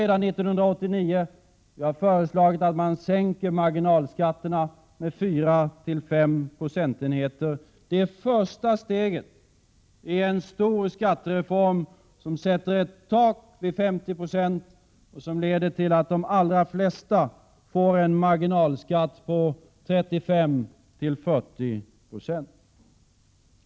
Vi moderater har föreslagit att marginalskatterna redan 1989 skall sänkas med 4-5 procentenheter. Det är första steget i en stor skattereform som sätter ett tak vid 50 96 och som leder till att de allra flesta får en marginalskatt på 35-40 96.